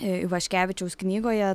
ivaškevičiaus knygoje